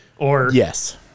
Yes